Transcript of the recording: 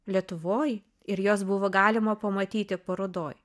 lietuvoj ir juos buvo galima pamatyti parodoj